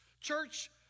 Church